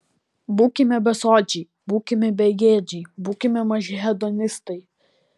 būkime besočiai būkime begėdžiai būkime maži hedonistai